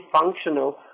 functional